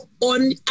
On